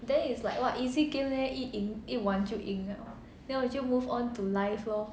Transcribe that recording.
then is like what easy game leh 一玩就赢了 then 我就 move on to live lor